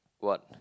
what